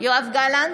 יואב גלנט,